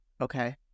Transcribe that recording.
Okay